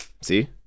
see